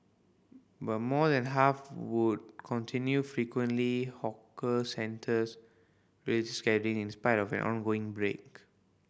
but more than half would continue frequently hawker centres religious gathering in spite of an ongoing outbreak